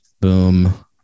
Boom